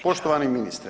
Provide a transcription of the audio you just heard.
Poštovani ministre.